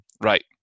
Right